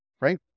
right